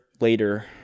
later